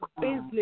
business